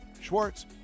Schwartz